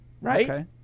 right